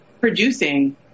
producing